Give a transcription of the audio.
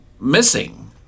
missing